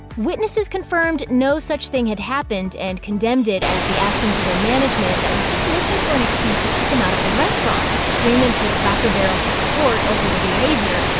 witnesses confirmed no such thing had happened, and condemned it as the actions of a management that was just looking for an excuse to kick him out of the restaurant. freeman took cracker barrel to court over the behavior,